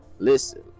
Listen